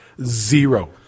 Zero